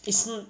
is h~